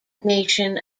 nation